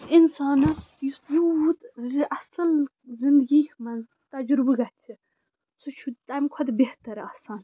انسانس یُس یوٗت اصٕل زندگی منٛز تجرُبہٕ گژھِ سُہ چھُ تمہِ کھۄتہٕ بہتر آسان